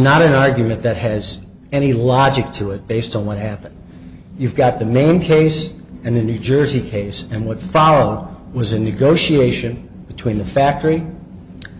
not an argument that has any logic to it based on what happened you've got the main case and the new jersey case and what followed was a negotiation between the factory